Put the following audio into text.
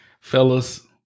fellas